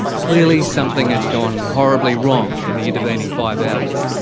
clearly something had gone horribly wrong in the intervening five hours.